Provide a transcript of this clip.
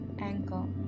ankle